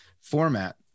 format